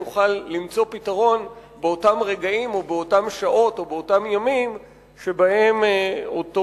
נוכל למצוא פתרון באותם רגעים או באותן שעות או באותם ימים שבהם אותו